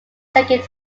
second